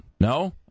No